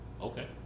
Okay